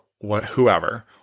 whoever